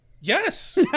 Yes